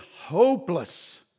hopeless